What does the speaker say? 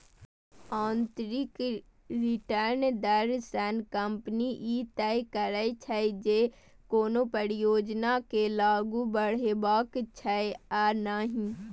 आंतरिक रिटर्न दर सं कंपनी ई तय करै छै, जे कोनो परियोजना के आगू बढ़ेबाक छै या नहि